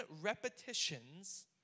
repetitions